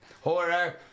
Horror